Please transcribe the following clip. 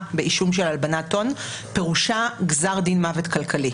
באישום של הלבנת הון פירושה גזר דין מוות כלכלי.